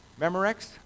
Memorex